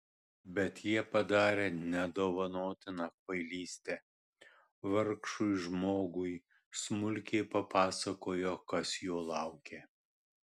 bet jie padarė nedovanotiną kvailystę vargšui žmogui smulkiai papasakojo kas jo laukia